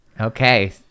Okay